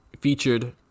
featured